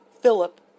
Philip